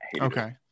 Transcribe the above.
Okay